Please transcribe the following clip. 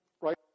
right